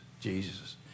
Jesus